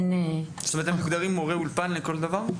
זאת אומרת, הם מוגדרים מורי אולפן לכל דבר?